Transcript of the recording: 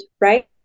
right